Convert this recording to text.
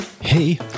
Hey